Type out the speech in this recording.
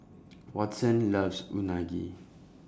Watson loves Unagi